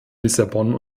lissabon